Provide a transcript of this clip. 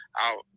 out